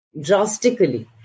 drastically